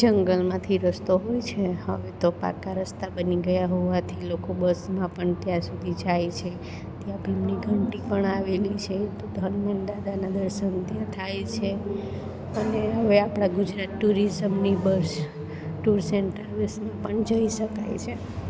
જંગલમાંથી રસ્તો હોય છે હવે તો પાકા રસ્તા બની ગયા હોવાથી લોકો બસમાં પણ ત્યાં સુધી જાય છે ત્યાં ભીમની ઘંટી પણ આવેલી છે તો તો હનુમાન દાદાનાં દર્શન ત્યાં થાય છે અને હવે આપણાં ગુજરાત ટુરિઝમની બસ ટૂર્સ એન્ડ ટ્રાવેલ્સમાં પણ જઈ શકાય છે